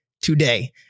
today